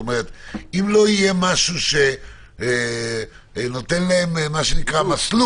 אם לא יהיה משהו שנותן להם מסלול,